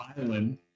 island